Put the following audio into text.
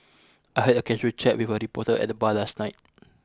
I had a casual chat with a reporter at the bar last night